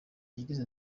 yagize